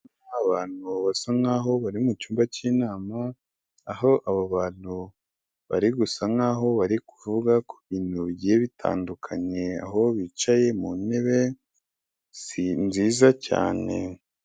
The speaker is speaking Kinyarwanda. Abantu basa nk'aho bari mu cyumba k'inama, aho abo bantu bari gusa nk'aho bari kuvuga ku bintu bigiye bitandukanye, aho bicaye mu ntebe nziza cyane.